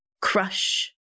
Crush